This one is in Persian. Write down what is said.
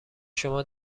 شما